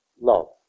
love